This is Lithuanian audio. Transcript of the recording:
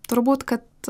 turbūt kad